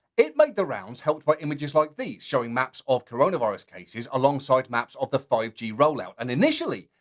it made the rounds helped by images like these, showing maps of coronavirus cases, alongside maps of the five g rollout. and initially,